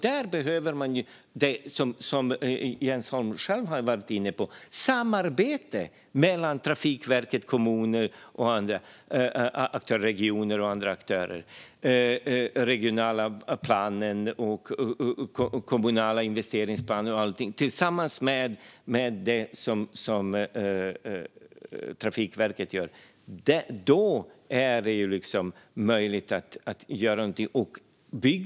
Där behöver man det som Jens Holm själv har varit inne på, nämligen samarbete mellan Trafikverket, kommuner, regioner och andra aktörer om den regionala planen, kommunala investeringsplaner och sådant tillsammans med det som Trafikverket gör. Då är det möjligt att göra någonting.